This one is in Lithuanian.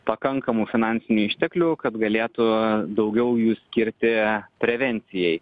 pakankamų finansinių išteklių kad galėtų daugiau jų skirti prevencijai